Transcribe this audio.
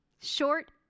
Short